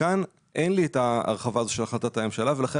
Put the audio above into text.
כאן אין לי את ההרחבה הזאת של החלטת הממשלה ולכן